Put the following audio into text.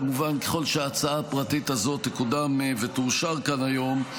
כמובן ככל שההצעה הפרטית הזאת תקודם ותאושר כאן היום,